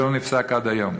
ולא נפסק עד היום.